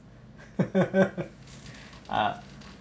ah